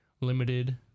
limited